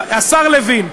השר לוין,